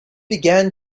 began